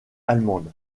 allemande